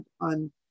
on